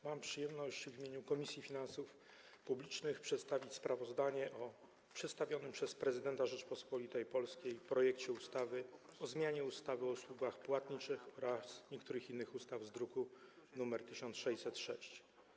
Mam przyjemność w imieniu Komisji Finansów Publicznych przedstawić sprawozdanie o przedstawionym przez Prezydenta Rzeczypospolitej Polskiej projekcie ustawy o zmianie ustawy o usługach płatniczych oraz niektórych innych ustaw z druku nr 1606.